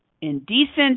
indecent